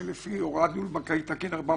שלפי הוראת ניהול בנקאי תקין 450